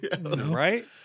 Right